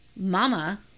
Mama